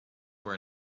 were